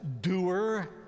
Doer